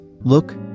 Look